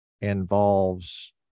involves